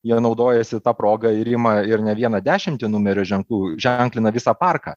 jie naudojasi ta proga ir ima ir ne vieną dešimtį numerio ženklų ženklina visą parką